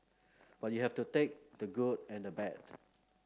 but you have to take the good and the bad